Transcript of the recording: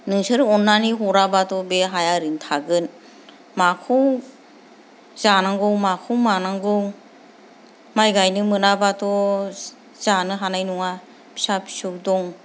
नोंसोर अननानै हराब्लाथ' बे हाया ओरैनो थागोन माखौ जानांगौ माखौ मानांगौ माय गायनो मोनाब्लाथ' जानो हानाय नङा फिसा फिसौ दं